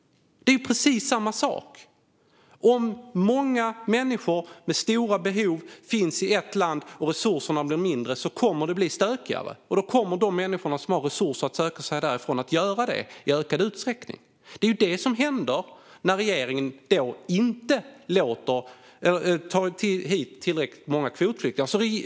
Det är precis samma sak. Om många människor med stora behov finns i ett land och resurserna blir mindre kommer det att bli stökigare, och då kommer de människor som har resurser att söka sig därifrån att göra det i ökad utsträckning. Det är det som händer när regeringen inte tar hit tillräckligt många kvotflyktingar.